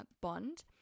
bond